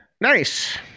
Nice